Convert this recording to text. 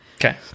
Okay